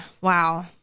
Wow